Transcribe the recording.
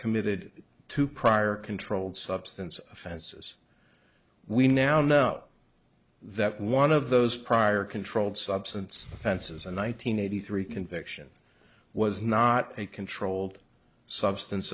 committed two prior controlled substance offenses we now know that one of those prior controlled substance offenses and one nine hundred eighty three conviction was not a controlled substance